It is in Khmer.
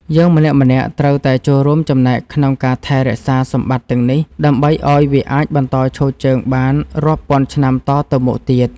យើងម្នាក់ៗត្រូវតែចូលរួមចំណែកក្នុងការថែរក្សាសម្បត្តិទាំងនេះដើម្បីឱ្យវាអាចបន្តឈរជើងបានរាប់ពាន់ឆ្នាំតទៅមុខទៀត។